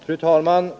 Fru talman!